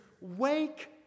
wake